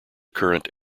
current